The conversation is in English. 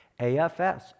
AFS